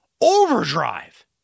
overdrive